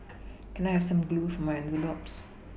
can I have some glue for my envelopes